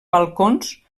balcons